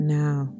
now